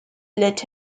let